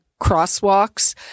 crosswalks